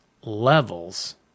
Levels